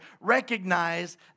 recognize